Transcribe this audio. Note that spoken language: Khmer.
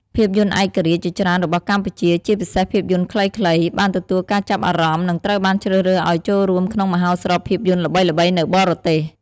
ភាពយន្តឯករាជ្យជាច្រើនរបស់កម្ពុជា ជាពិសេសភាពយន្តខ្លីៗ បានទទួលការចាប់អារម្មណ៍ និងត្រូវបានជ្រើសរើសឱ្យចូលរួមក្នុងមហោស្រពភាពយន្តល្បីៗនៅបរទេស។